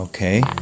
Okay